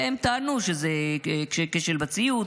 והם טענו שזה כשל בציוד,